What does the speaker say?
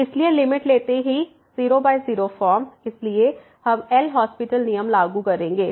इसलिए लिमिट लेते ही 00 फॉर्म इसलिए हम एल हास्पिटल LHospital नियम लागू करेंगे